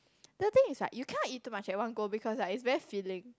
the thing is like you cannot eat too much at one go because like is very filling